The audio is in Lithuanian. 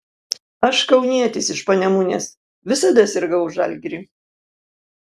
aš kaunietis iš panemunės visada sirgau už žalgirį